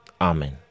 Amen